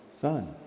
son